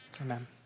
Amen